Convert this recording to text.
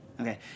Okay